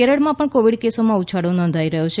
કેરળમાં પણ કોવિડ કેસોમાં ઉછાળો નોંધાઇ રહ્યો છે